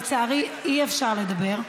לצערי, אי-אפשר לדבר,